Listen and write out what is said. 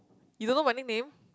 you don't know my nickname